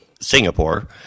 Singapore